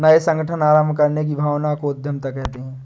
नये संगठन आरम्भ करने की भावना को उद्यमिता कहते है